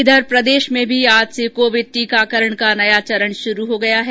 इधर प्रदेश में भी आज से कोविड टीकाकरण का नया चरण शुरू हो गया है